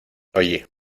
oye